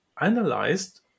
analyzed